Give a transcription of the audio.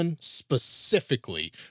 specifically